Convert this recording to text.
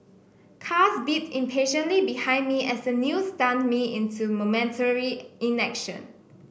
cars beeped impatiently behind me as the news stunned me into momentary inaction